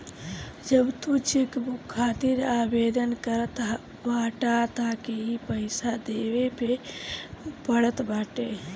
जब तू चेकबुक खातिर आवेदन करत बाटअ तबे इ पईसा देवे के पड़त बाटे